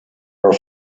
era